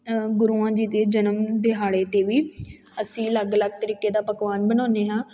ਗੁਰੂਆਂ ਜੀ ਦੇ ਜਨਮ ਦਿਹਾੜੇ 'ਤੇ ਵੀ ਅਸੀਂ ਅਲੱਗ ਅਲੱਗ ਤਰੀਕੇ ਦਾ ਪਕਵਾਨ ਬਣਾਉਦੇ ਹਾਂ